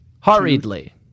hurriedly